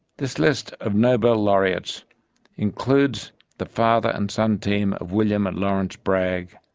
this list of nobel laureates includes the father and son team of william and laurence bragg,